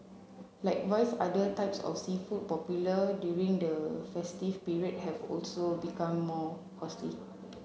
likewise other types of seafood popular during the festive period have also become more costly